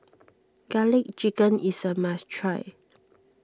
Garlic Chicken is a must try